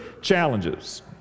challenges